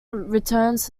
returns